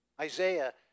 Isaiah